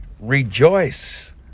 rejoice